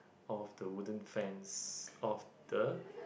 of the wooden fence of the